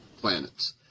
planets